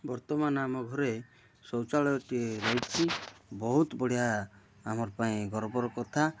ବର୍ତ୍ତମାନ ଆମ ଘରେ ଶୌଚାଳୟଟିଏ ରହିଛି ବହୁତ ବଢ଼ିଆ ଆମର୍ ପାଇଁ ଗର୍ବର କଥା